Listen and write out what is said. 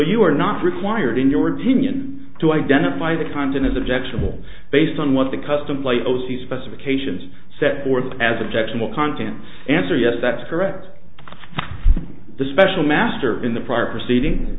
you are not required in your opinion to identify the content is objectionable based on what the custom laozi specifications set forth as objectionable content answer yes that's correct the special master in the prior proceeding